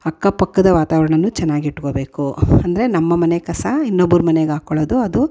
ಅಕ್ಕಪಕ್ಕದ ವಾತಾವರಣವೂ ಚೆನ್ನಾಗಿಟ್ಕೋಬೇಕು ಅಂದರೆ ನಮ್ಮ ಮನೆ ಕಸ ಇನ್ನೊಬ್ಬರ ಮನೆಗೆ ಹಾಕ್ಕೊಳ್ಳೋದು ಅದು